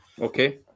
Okay